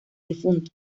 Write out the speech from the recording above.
difunto